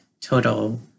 total